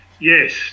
Yes